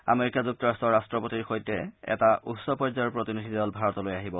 America যুক্তৰাট্টৰ ৰাট্টপতিৰ সৈতে এটা উচ্চ পৰ্যায়ৰ প্ৰতিনিধি দল ভাৰতলৈ আহিব